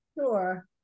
Sure